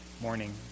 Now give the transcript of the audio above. morning